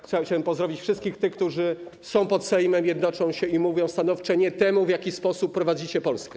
Chciałem pozdrowić wszystkich tych, którzy są pod Sejmem, jednoczą się i mówią stanowcze „nie” temu, w jaki sposób prowadzicie Polskę.